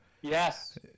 Yes